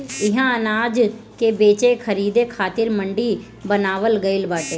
इहा अनाज के बेचे खरीदे खातिर मंडी बनावल गइल बाटे